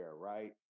right